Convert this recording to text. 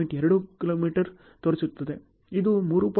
7 kilometre ತೋರಿಸುತ್ತದೆ ಇದು 3